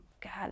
God